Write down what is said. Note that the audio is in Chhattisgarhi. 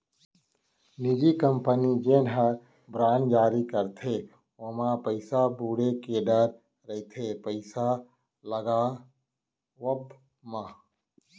निजी कंपनी जेन हर बांड जारी करथे ओमा पइसा बुड़े के डर रइथे पइसा लगावब म